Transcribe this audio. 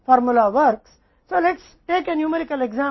एक छोटा सा उदाहरण लीजिए